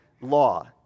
law